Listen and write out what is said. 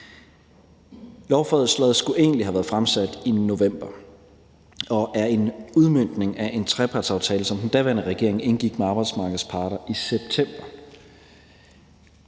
Lovforslaget skulle egentlig have været fremsat i november, og det er en udmøntning af en trepartsaftale, som den daværende regering indgik med arbejdsmarkedets parter i september.